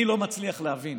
אני לא מצליח להבין,